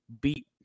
beat